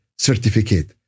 certificate